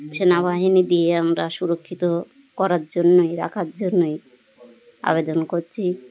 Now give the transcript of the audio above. সেনাবাহিনী দিয়ে আমরা সুরক্ষিত করার জন্যই রাখার জন্যই আবেদন করছি